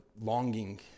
longing